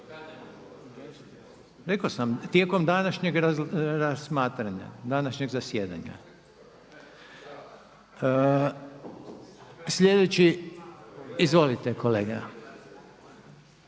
Rekao sam tijekom današnjeg razmatranja, današnjeg zasjedanja. Sljedeći izvolite kolega.